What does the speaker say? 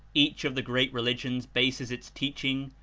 each of the great religions bases its teaching,